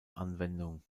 anwendung